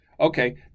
okay